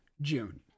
June